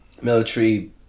military